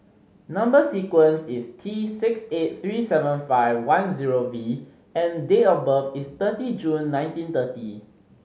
number sequence is T six eight three seven five one zero V and date of birth is thirty June nineteen thirty